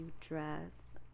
dress